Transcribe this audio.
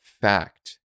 fact